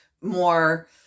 more